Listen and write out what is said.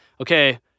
okay